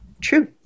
True